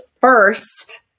first